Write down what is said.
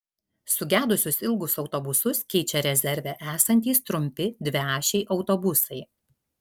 sugedusius ilgus autobusus keičia rezerve esantys trumpi dviašiai autobusai